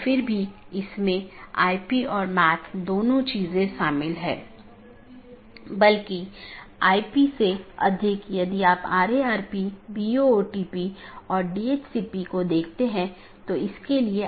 इसलिए हम बाद के व्याख्यान में इस कंप्यूटर नेटवर्क और इंटरनेट प्रोटोकॉल पर अपनी चर्चा जारी रखेंगे